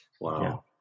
Wow